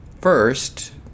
first